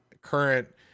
current